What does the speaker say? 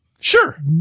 sure